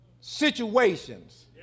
situations